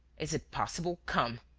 is it possible. come,